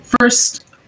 first